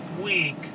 week